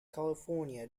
california